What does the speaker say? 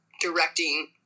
directing